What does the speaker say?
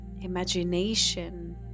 imagination